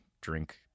drink